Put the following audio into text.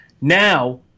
now